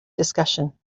discussion